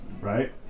Right